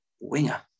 winger